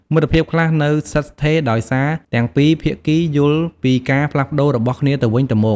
មិត្តភាពខ្លះនៅស្ថិតស្ថេរដោយសារទាំងពីរភាគីយល់ពីការផ្លាស់ប្តូររបស់គ្នាទៅវិញទៅមក។